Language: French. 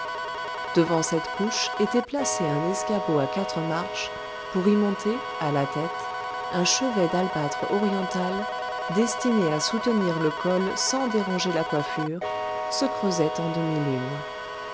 devant cette couche était placé un escabeau à quatre marches pour y monter à la tête un chevet d'albâtre oriental destiné à soutenir le col sans déranger la coiffure se creusait en demi-lune